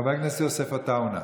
חבר הכנסת יוסף עטאונה,